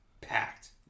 packed